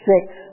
Six